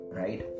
right